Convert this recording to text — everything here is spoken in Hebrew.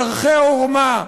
בדרכי עורמה,